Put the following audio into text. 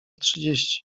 trzydzieści